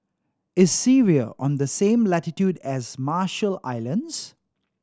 is Syria on the same latitude as Marshall Islands